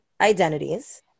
identities